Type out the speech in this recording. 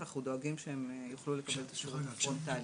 ואנחנו דואגים שהם יוכלו לקבל את השירות עבור כל תהליך.